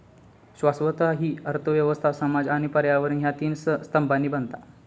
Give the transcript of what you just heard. शाश्वतता हि अर्थ व्यवस्था, समाज आणि पर्यावरण ह्या तीन स्तंभांनी बनता